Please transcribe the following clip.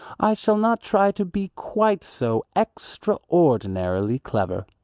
i shall not try to be quite so extraordinarily clever.